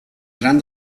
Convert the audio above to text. gran